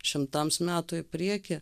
šimtams metų į priekį